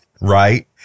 right